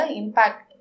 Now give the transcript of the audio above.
impact